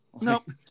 nope